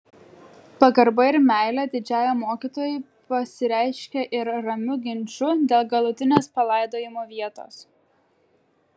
pagarba ir meilė didžiajam mokytojui pasireiškė ir ramiu ginču dėl galutinės palaidojimo vietos